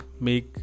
make